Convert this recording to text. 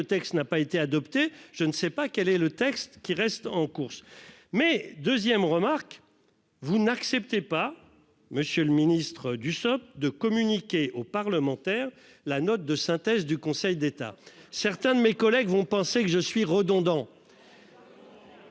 texte n'a pas été adopté. Je ne sais pas quel est le texte qui reste en course mais 2ème remarque vous n'acceptez pas, Monsieur le Ministre Dussopt de communiquer aux parlementaires la note de synthèse du Conseil d'État. Certains de mes collègues vont penser que je suis redondant.